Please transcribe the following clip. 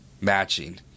matching